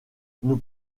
nous